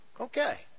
Okay